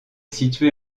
situé